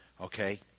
Okay